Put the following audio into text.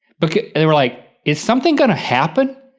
but and they were like, is something going to happen?